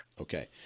okay